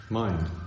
mind